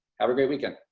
have a great weekend.